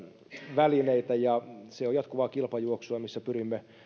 välineitä ja se on jatkuvaa kilpajuoksua missä pyrimme